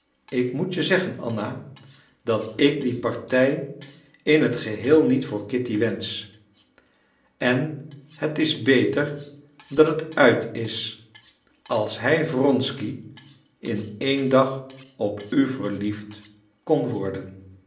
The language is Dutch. ik moet je zeggen anna dat ik die partij in het geheel niet voor kitty wensch en het is beter dat het uit is als hij wronsky in een dag op u verliefd kon worden